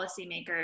policymakers